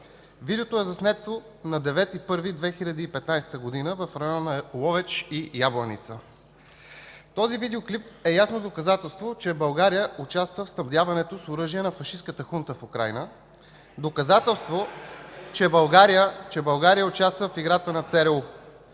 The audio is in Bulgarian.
Видеото е заснето на 9 януари 2015 г. в района на Ловеч и Ябланица. Този видеоклип е ясно доказателство, че България участва в снабдяването с оръжие на фашистката хунта в Украйна (силен шум и реплики), доказателство, че България участва в играта на ЦРУ.